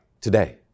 today